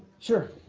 sure,